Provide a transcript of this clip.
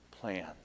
plan